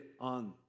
on